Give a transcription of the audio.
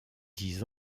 dix